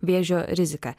vėžio riziką